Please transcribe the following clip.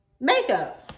makeup